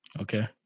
Okay